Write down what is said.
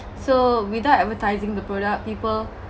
so without advertising the product people